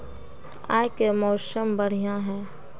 आय के मौसम बढ़िया है?